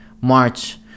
March